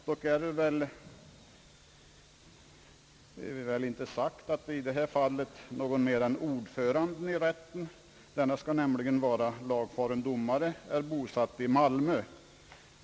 Dock är det inte sagt att i det här fallet någon mer än ordföranden i rätten — denne skall nämligen vara lagfaren domare — är bosatt i Malmö.